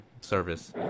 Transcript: service